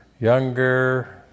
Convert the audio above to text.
younger